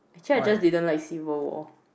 actually I just didn't like Civil-War